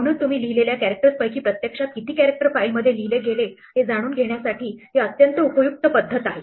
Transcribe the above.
म्हणून तुम्ही लिहिलेल्या कॅरेक्टर्सपैकी प्रत्यक्षात किती कॅरेक्टर फाईल मध्ये लिहिले गेले हे जाणून घेण्यासाठी ही अत्यंत उपयुक्त पद्धत आहे